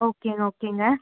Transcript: ஓகேங்க ஓகேங்க